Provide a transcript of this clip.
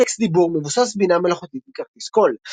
טקסט-דיבור מבוסס בינה מלאכותית וכרטיס קול".